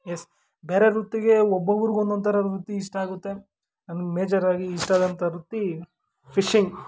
S ಬೇರೆ ವೃತ್ತಿಗೆ ಒಬ್ಬೊಬ್ರುಗೆ ಒಂದೊಂದು ಥರ ವೃತ್ತಿ ಇಷ್ಟ ಆಗುತ್ತೆ ನನ್ಗೆ ಮೇಜರಾಗಿ ಇಷ್ಟ ಆಗೋಂಥ ವೃತ್ತಿ ಫಿಶಿಂಗ್